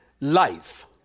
Life